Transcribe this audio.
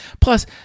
Plus